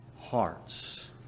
hearts